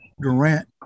Durant